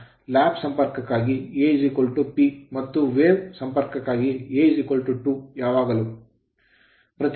lap lap ಸಂಪರ್ಕಕ್ಕಾಗಿ A P ಮತ್ತು wave ತರಂಗಕ್ಕಾಗಿ A 2 ಯಾವಾಗಲೂ